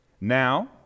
Now